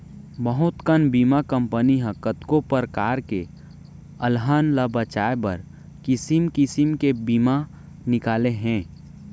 बहुत कन बीमा कंपनी ह कतको परकार के अलहन ल बचाए बर किसिम किसिम के बीमा निकाले हे